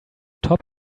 top